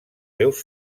seus